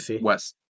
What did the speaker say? West